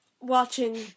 watching